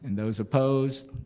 and those opposed?